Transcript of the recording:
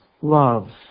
love